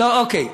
אוקיי.